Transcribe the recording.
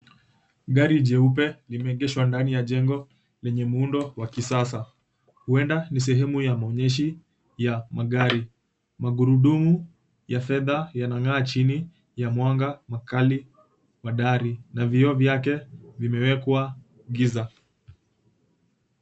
Gari jeupe limeegesha ndani ya jengo lenye muundo wa kisasa huenda ni sehemu ya maonyeshi ya magari. Magurudumu ya fedha yanangaa chini ya mwanga mkali wa dari na vioo vyake vimewekwa giza.